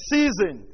Season